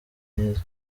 myiza